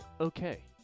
Okay